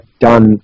done